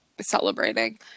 celebrating